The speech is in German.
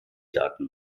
daten